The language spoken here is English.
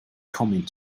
coming